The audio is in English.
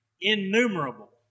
innumerable